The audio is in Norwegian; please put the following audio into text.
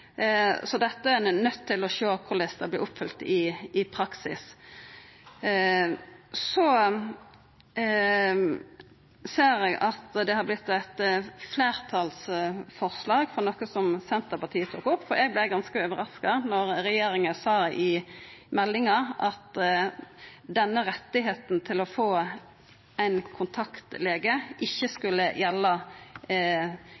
til å sjå korleis dette vert oppfylt i praksis. Så ser eg at det har vorte fleirtal for noko som Senterpartiet har tatt opp. Eg vart ganske overraska då regjeringa sa i meldinga at retten til å få ein kontaktlege ikkje